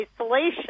isolation